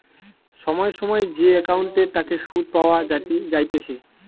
সময় সময় যে একাউন্টের তাকে সুধ পাওয়া যাইতেছে